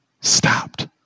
stopped